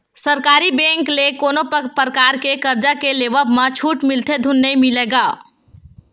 सरकारी बेंक ले कोनो परकार के करजा के लेवब म छूट मिलथे धून नइ मिलय गा?